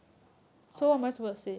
or like